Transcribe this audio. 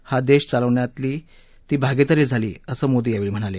हा देश चालवण्यात ती भागिदार झाली असंही मोदी यावेळी म्हणाले